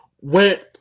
went